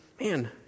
man